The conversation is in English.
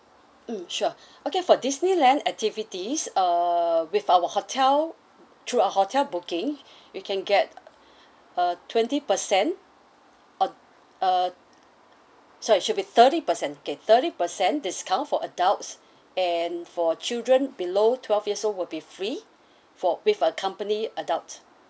mm sure okay for disneyland activities err with our hotel through our hotel booking we can get a twenty percent uh uh sorry should be thirty percent okay thirty percent discount for adults and for children below twelve years old would be free for with accompany adult